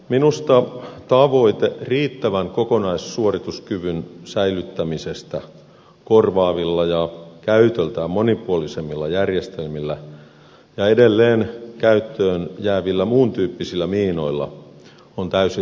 minusta tavoite riittävän kokonaissuorituskyvyn säilyttämisestä korvaavilla ja käytöltään monipuolisemmilla järjestelmillä ja edelleen käyttöön jäävillä muun tyyppisillä miinoilla on täysin realistinen